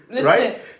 Right